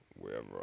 wherever